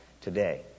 today